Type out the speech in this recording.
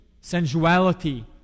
sensuality